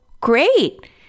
great